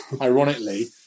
ironically